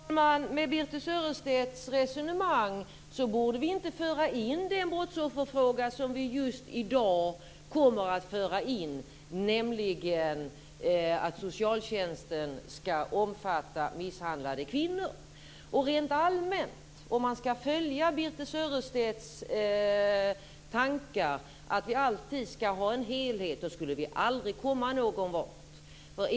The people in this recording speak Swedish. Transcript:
Fru talman! Med Birthe Sörestedts resonemang borde vi inte föra in den brottsofferfråga som vi just i dag kommer att föra in, nämligen att socialtjänstlagen skall omfatta misshandlade kvinnor. Rent allmänt, om man skall följa Birthe Sörestedts tankar att vi alltid skall ha en helhet, skulle vi aldrig komma någon vart.